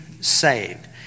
saved